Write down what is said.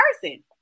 person